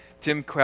Tim